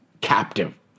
captive